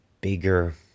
bigger